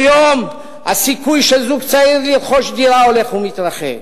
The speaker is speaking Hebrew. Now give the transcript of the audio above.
יום הסיכוי של זוג צעיר לרכוש דירה הולך ומתרחק?